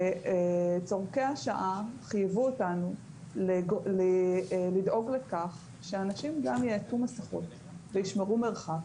צרכי השעה חייבו אותנו לדאוג לכך שאנשים יעטו מסכות וישמרו מרחק,